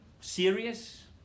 serious